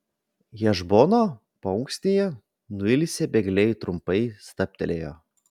hešbono paunksnėje nuilsę bėgliai trumpai stabtelėjo